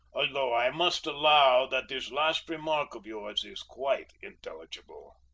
although i must allow that this last remark of yours is quite intelligible.